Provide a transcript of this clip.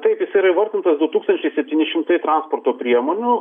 taip jis yra įvardintas du tūkstančiai septyni šimtai transporto priemonių